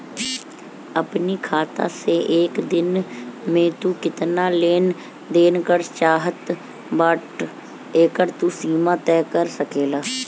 अपनी खाता से एक दिन में तू केतना लेन देन करे चाहत बाटअ एकर तू सीमा तय कर सकेला